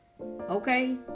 okay